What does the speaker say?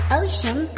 ocean